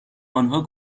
آنها